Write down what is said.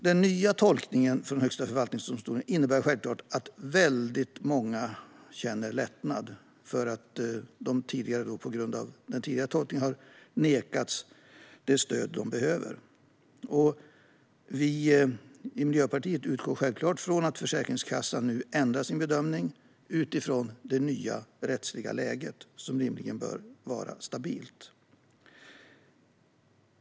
Den nya tolkningen från Högsta förvaltningsdomstolen innebär självklart att många känner lättnad eftersom de på grund av den tidigare tolkningen nekats det stöd de behöver. Vi i Miljöpartiet utgår självklart från att Försäkringskassan nu ändrar sina bedömningar utifrån det nya rättsläget, som rimligen bör vara stabilt.